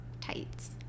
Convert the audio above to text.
tights